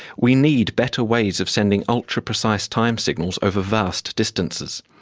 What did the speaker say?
we need better ways of sending ultraprecise time signals over vast distances,